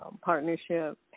partnership